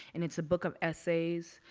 and it's a book of essays,